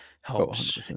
helps